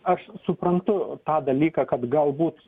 aš suprantu tą dalyką kad galbūt